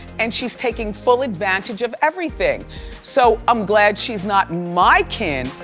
and she's taking full advantage of everything so, i'm glad she's not my kin.